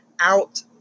out